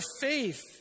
faith